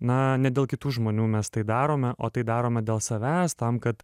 na ne dėl kitų žmonių mes tai darome o tai darome dėl savęs tam kad